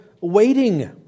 waiting